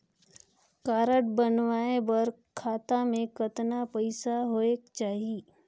Card बनवाय बर खाता मे कतना पईसा होएक चाही?